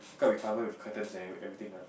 cause we cover with curtains and everything ah